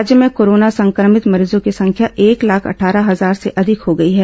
राज्य में कोरोना संक्रमित मरीजों की संख्या एक लाख अटठारह हजार से अधिक हो गई है